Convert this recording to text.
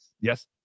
Yes